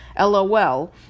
LOL